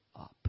up